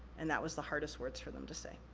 and that was the hardest words for them to say.